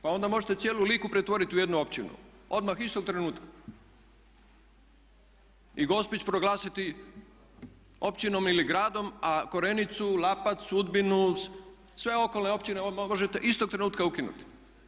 Pa onda možete cijelu Liku pretvoriti u jednu općinu, odmah istog trenutka i Gospić proglasiti općinom ili gradom, a Korenicu, Lapac, Udbinu sve okolne općine možete istog trenutka ukinuti.